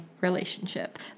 relationship